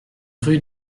rue